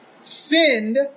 sinned